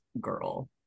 girl